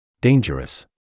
Dangerous